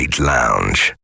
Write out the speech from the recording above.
lounge